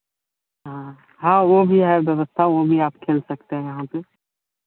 हाँ हाँ वो भी है व्यवस्था वो भी आप खेल सकते हैं यहाँ पर